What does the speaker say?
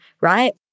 right